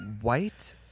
white